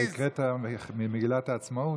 אתה הקראת ממגילת העצמאות?